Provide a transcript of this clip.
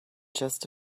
just